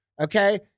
okay